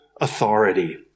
authority